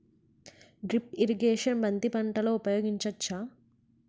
Drip irrigation బంతి పంటలో ఊపయోగించచ్చ?